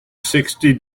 sixty